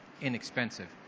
inexpensive